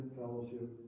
fellowship